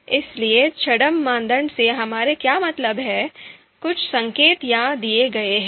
इसलिए छद्म मानदंड से हमारा क्या मतलब है कुछ संकेत यहां दिए गए हैं